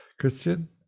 Christian